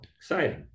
exciting